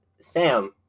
Sam